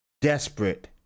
desperate